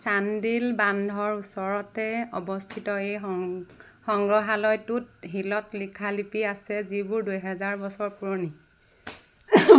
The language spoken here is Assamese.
চান্দিল বান্ধৰ ওচৰতে অৱস্থিত এই সং সংগ্ৰহালয়টোত শিলত লিখা লিপি আছে যিবোৰ দুহেজাৰ বছৰ পুৰণি